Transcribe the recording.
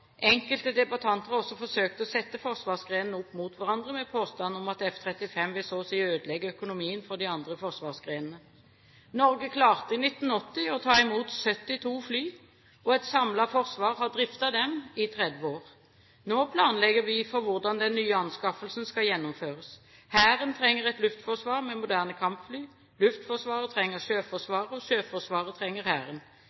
Enkelte debattanter har også forsøkt å sette forsvarsgrenene opp mot hverandre, med påstand om at F-35 vil så å si ødelegge økonomien for de andre forsvarsgrenene. Norge klarte i 1980 å ta imot 72 fly, og et samlet forsvar har driftet dem i 30 år. Nå planlegger vi for hvordan den nye anskaffelsen skal gjennomføres. Hæren trenger et luftforsvar med moderne kampfly, Luftforsvaret trenger